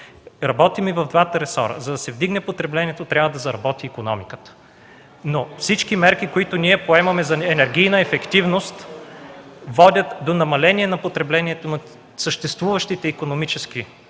Работим и в двата ресора. За да се вдигне потреблението, трябва да заработи икономиката. Всички мерки, които ние поемаме за енергийната ефективност, водят до намаление на потреблението на съществуващите икономически